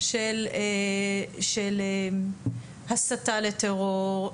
של הסתה לטרור,